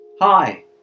Hi